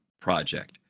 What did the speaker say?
project